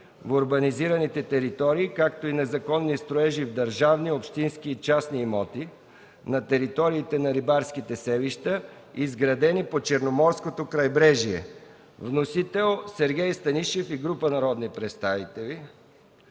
в урбанизираните територии, както и незаконни строежи в държавни, общински и частни имоти на територията на рибарските селища, изградени по Черноморското крайбрежие. Вносител – Сергей Станишев и група народни представители.